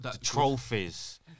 trophies